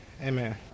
Amen